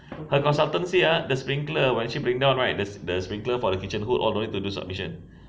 her consultancy ah the sprinkler actually bring down right the sprinkler for the kitchen hood all don't need do submission